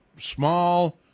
small